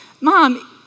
mom